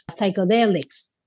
psychedelics